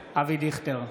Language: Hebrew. דיכטר,